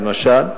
למשל,